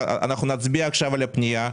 נצביע כעת על הפנייה,